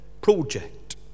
project